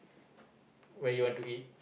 where you want to eat